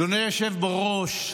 אדוני היושב בראש,